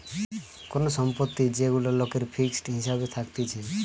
কোন সম্পত্তি যেগুলা লোকের ফিক্সড হিসাবে থাকতিছে